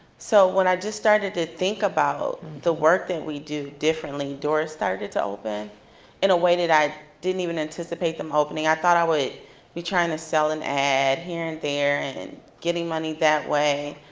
so when i just started to think about the work that we do differently doors started to open in a way that i didn't even anticipate them opening. i thought i would be trying to sell and ad here and there and getting money that way.